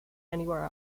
anywhere